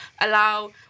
allow